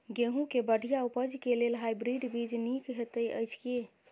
गेंहूँ केँ बढ़िया उपज केँ लेल हाइब्रिड बीज नीक हएत अछि की?